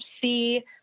see